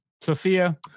Sophia